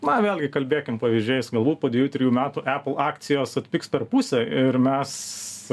na vėlgi kalbėkim pavyzdžiais galbūt po dviejų trijų metų apple akcijos atpigs per pusę ir mes